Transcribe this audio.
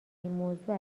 موضوع